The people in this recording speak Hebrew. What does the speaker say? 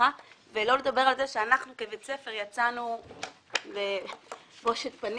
שלא לדבר על כך שאנחנו כבית ספר יצאנו בבושת פנים,